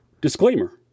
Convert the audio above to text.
Disclaimer